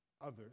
others